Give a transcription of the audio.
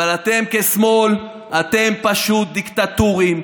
אבל אתם כשמאל, אתם פשוט דיקטטורים.